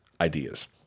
ideas